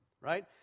right